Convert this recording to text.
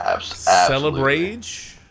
celebrate